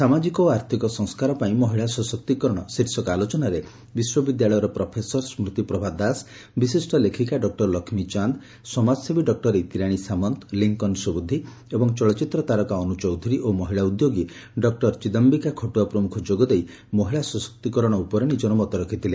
ସାମାଜିକ ଓ ଆର୍ଥିକ ସଂସ୍କାର ପାଇଁ ମହିଳା ସଶକ୍ତିକରଣ ଶୀର୍ଷକ ଆଲୋଚନାରେ ବିଶ୍ୱବିଦ୍ୟାଳୟର ପ୍ରଫେସର ସ୍ ତିପ୍ରଭା ଦାସ ବିଶିଷ୍ ଲେଖିକା ଡକୁର ଲକ୍ଷୀଚାନ୍ଦ ସମାଜସେବୀ ଡକ୍ର ଇତିରାଶୀ ସାମନ୍ତ ଲିଙ୍କନ ସ୍ୱବୁଦ୍ଧି ଏବଂ ଚଳଚିତ୍ର ତାରକା ଅନୁ ଚୌଧୁରୀ ଓ ମହିଳା ଉଦ୍ୟୋଗୀ ଡକ୍ଟର ଚିଦାଯିକା ଖଟୁଆ ପ୍ରମୁଖ ଯୋଗଦେଇ ମହିଳା ସଶକ୍ତିକରଣ ଉପରେ ନିକର ମତ ରଖିଥିଲେ